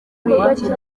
iki